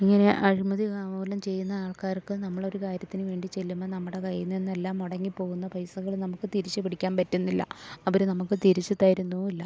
ഇങ്ങനെ അഴിമതി കാ മൂലം ചെയ്യുന്നാൾക്കാർക്ക് നമ്മളൊരു കാര്യത്തിന് വേണ്ടി ചെല്ലുമ്പോൾ നമ്മുടെ കയ്യിൽ നിന്നെല്ലാം മുടങ്ങി പോകുന്ന പൈസകള് നമുക്ക് തിരിച്ച് പിടിക്കാൻ പറ്റുന്നില്ല അവര് നമുക്ക് തിരിച്ച് തരുന്നും ഇല്ല